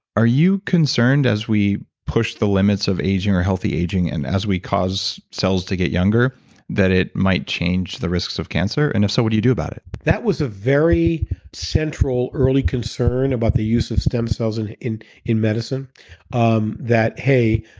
are you concerned as we push the limits of aging or healthy aging and as we cause cells to get younger that it might change the risks of cancer and if so, what do you do about it? that was a very central early concern about the use of stem cells in in in medicine um that, hey,